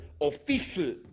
official